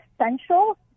essential